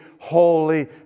holy